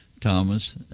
Thomas